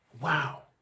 Wow